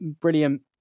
brilliant